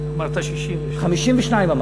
אמרת 62. 52, אני